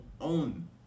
own